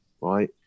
right